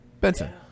Benson